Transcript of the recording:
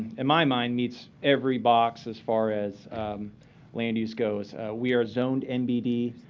in my mind, meets every box as far as land use goes. we are zoned nbd.